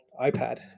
iPad